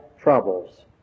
troubles